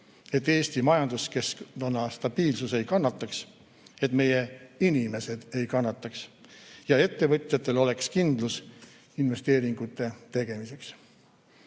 et Eesti majanduskeskkonna stabiilsus ei kannataks, et meie inimesed ei kannataks ja ettevõtjatel oleks kindlus investeeringute tegemiseks. Tõsi,